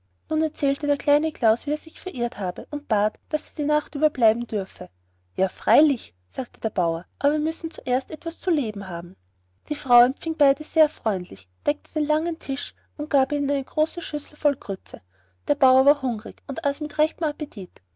nun erzählte der kleine klaus wie er sich verirrt habe und bat daß er die nacht über bleiben dürfe ja freilich sagte der bauer aber wir müssen zuerst etwas zu leben haben die frau empfing beide sehr freundlich deckte einen langen tisch und gab ihnen eine große schüssel voll grütze der bauer war hungrig und aß mit rechtem appetit